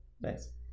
Nice